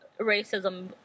racism